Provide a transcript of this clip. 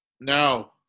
No